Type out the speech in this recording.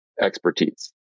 expertise